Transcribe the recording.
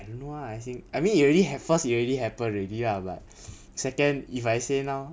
I don't know lah as in I mean you already have at first you already happened already lah but second if I say now